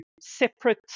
separate